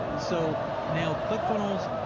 ah so now clikcfunnels.